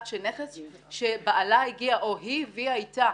שנכס שבעלה הביא או היא הביאה איתה